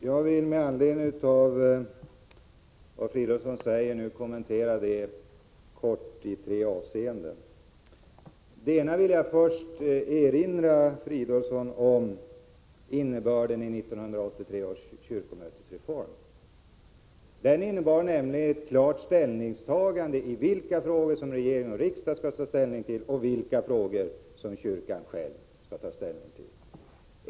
Fru talman! Med anledning av vad Filip Fridolfsson nu säger vill jag göra korta kommentarer i tre avseenden. För det första vill jag erinra herr Fridolfsson om innebörden i 1983 års kyrkomötesreform. Den innebar nämligen ett klart besked när det gäller vilka frågor regering och riksdag skall ta ställning till och vilka frågor kyrkan själv skall ta ställning till.